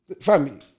Fam